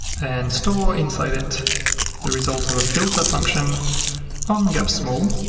and store inside it the result of a filter function on gap small,